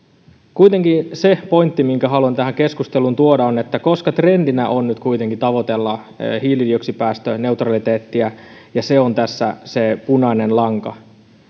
kuitenkin se pointti minkä haluan tähän keskusteluun tuoda on että koska trendinä on nyt kuitenkin tavoitella hiilidioksidipäästöneutraliteettia ja se on tässä se punainen lanka